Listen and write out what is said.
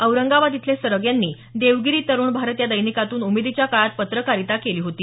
औरंगाबाद इथले सरग यांनी देवगिरी तरुण भारत या दैनिकातून उमेदीच्या काळात पत्रकारिता केली होती